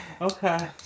okay